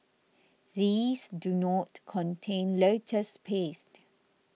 these do not contain lotus paste